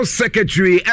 secretary